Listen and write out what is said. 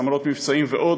סמלות מבצעים ועוד,